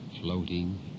floating